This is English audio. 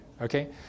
okay